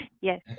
Yes